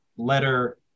letter